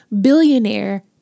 billionaire